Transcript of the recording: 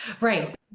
Right